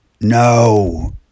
No